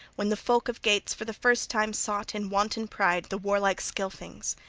when the folk of geats for the first time sought in wanton pride the warlike-scylfings.